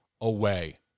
away